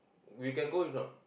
we can go or not